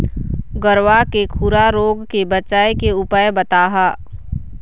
गरवा के खुरा रोग के बचाए के उपाय बताहा?